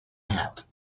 hat